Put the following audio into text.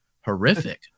horrific